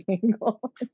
single